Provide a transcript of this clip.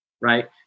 right